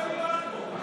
בלפור?